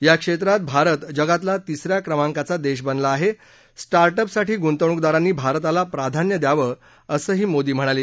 या क्षेत्रात भारत जगातला तिसऱ्या क्रमांकाचा देश बनला आहे स्टार्ट अप साठी गुंतवणूकदारांनी भारताला प्राधान्य द्यावं असंही मोदी म्हणाले